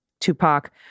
Tupac